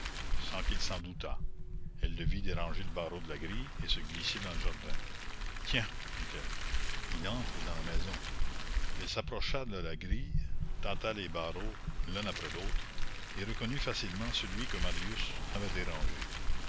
sans qu'il s'en doutât elle le vit déranger le barreau de la grille et se glisser dans le jardin tiens dit-elle il entre dans la maison elle s'approcha de la grille tâta les barreaux l'un après l'autre et reconnut facilement celui que marius avait dérangé